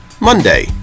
Monday